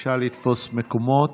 בבקשה לתפוס מקומות.